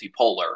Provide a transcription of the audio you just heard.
multipolar